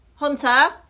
Hunter